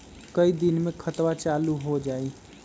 कई दिन मे खतबा चालु हो जाई?